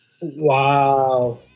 wow